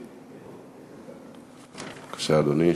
בבקשה, אדוני.